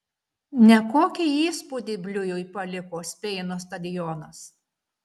nekokį įspūdį bliujui paliko speino stadionas